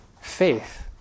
faith